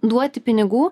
duoti pinigų